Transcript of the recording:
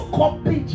copy